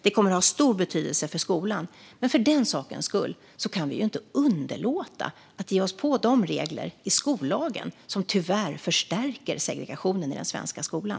Det kommer att ha stor betydelse för skolan. Men för den sakens skull kan vi inte underlåta att ge oss på de regler i skollagen som tyvärr förstärker segregationen i den svenska skolan.